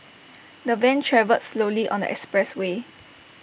the van travelled slowly on the expressway